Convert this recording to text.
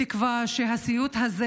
בתקווה שהסיוט הזה,